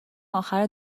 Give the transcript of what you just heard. اخر